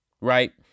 right